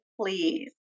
please